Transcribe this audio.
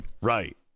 Right